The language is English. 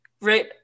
right